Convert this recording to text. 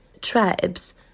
tribes